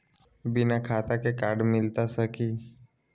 बिना खाता के कार्ड मिलता सकी?